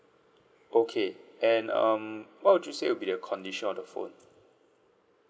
okay and um what would you say will be the condition of the phone